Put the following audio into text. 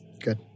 good